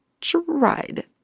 tried